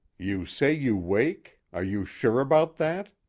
you say you wake are you sure about that?